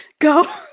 go